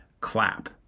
clap